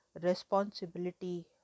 responsibility